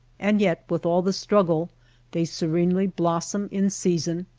and yet with all the struggle they se renely blossom in season,